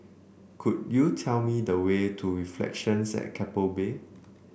could you tell me the way to Reflections at Keppel Bay